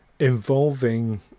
Involving